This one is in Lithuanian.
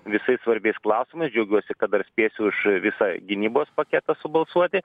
visais svarbiais klausimais džiaugiuosi kad dar spėsiu už visą gynybos paketą subalsuoti